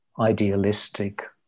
idealistic